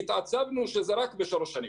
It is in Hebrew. ונעצבנו שזה רק לשלוש שנים.